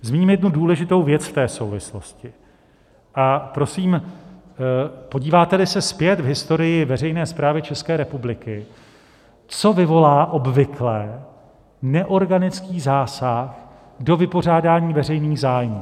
Zmíním jednu důležitou věc v té souvislosti a prosím, podíváteli se zpět v historii veřejné správy České republiky, co vyvolá obvykle neorganický zásah do vypořádání veřejných zájmů?